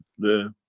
the,